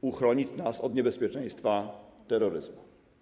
uchronić nas od niebezpieczeństwa terroryzmu.